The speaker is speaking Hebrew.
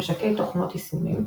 ממשקי תוכנות יישומים,